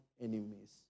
enemies